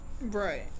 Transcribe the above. Right